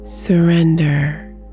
Surrender